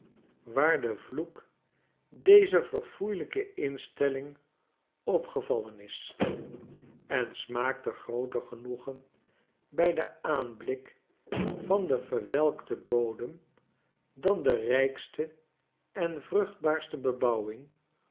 waar de vloek dezer verfoeilijke instelling op gevallen is en smaakte grooter genoegen bij den aanblik van denverwelkten bodem dan de rijkste en vruchtbaarste bebonwing